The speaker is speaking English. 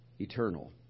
eternal